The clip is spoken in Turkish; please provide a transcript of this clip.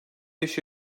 beş